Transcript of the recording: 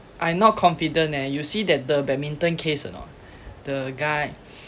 I not confident eh you see that the badminton case or not the guy